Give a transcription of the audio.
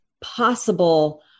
possible